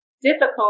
Difficult